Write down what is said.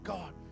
God